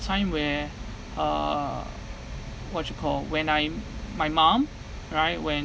time where uh what you call when I'm my mum right when